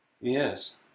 Yes